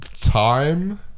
time